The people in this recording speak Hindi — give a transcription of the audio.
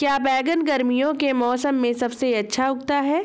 क्या बैगन गर्मियों के मौसम में सबसे अच्छा उगता है?